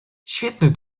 świetny